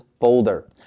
folder